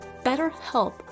BetterHelp